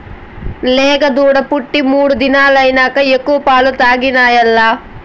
లేగదూడ పుట్టి మూడు దినాలైనంక ఎక్కువ పాలు తాగనియాల్ల